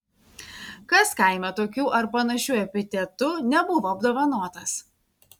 kas kaime tokiu ar panašiu epitetu nebuvo apdovanotas